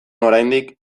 oraindik